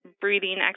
breathing